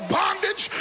bondage